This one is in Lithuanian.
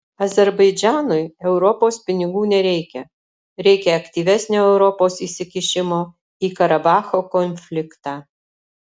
azerbaidžanui europos pinigų nereikia reikia aktyvesnio europos įsikišimo į karabacho konfliktą